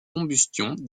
combustion